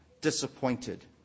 disappointed